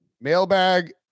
Mailbag